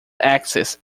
access